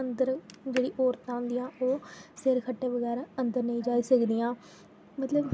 अंदर जेह्ड़ी औरतां होंदियां ओह् सिर खट्टै बगैरा अंदर नेईं जाई सकदियां मतलब